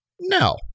No